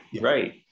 right